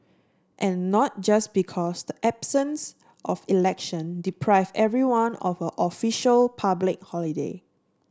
and not just because the absence of election deprived everyone of a official public holiday